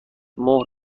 مهر